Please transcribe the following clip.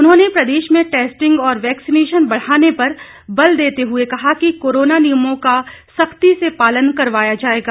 उन्होंने प्रदेश में टेस्टिंग और वेक्सीनेशन बढ़ाने पर बल देते हुए कहा कि कोरोना नियमों का सख्ती से पालन करवाया जाएगा